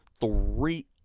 three